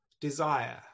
desire